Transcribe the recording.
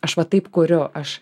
aš va taip kuriu aš